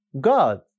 God